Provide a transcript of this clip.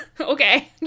okay